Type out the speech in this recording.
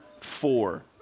four